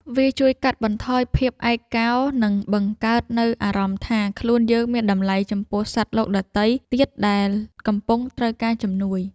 វាជួយកាត់បន្ថយភាពឯកា និងបង្កើតនូវអារម្មណ៍ថាខ្លួនយើងមានតម្លៃចំពោះសត្វលោកដទៃទៀតដែលកំពុងត្រូវការជំនួយ។